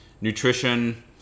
nutrition